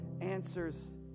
answers